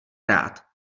rád